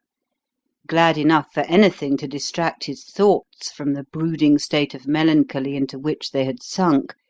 glad enough for anything to distract his thoughts from the brooding state of melancholy into which they had sunk,